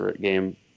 game